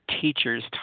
teachers